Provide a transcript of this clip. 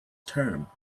term